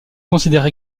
considère